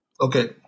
Okay